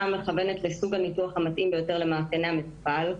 מכוונת לסוג הניתוח המתאים ביותר למאפייני המטופל.